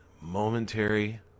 momentary